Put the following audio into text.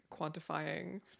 quantifying